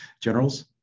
Generals